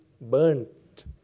burnt